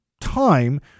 time